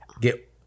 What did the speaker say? get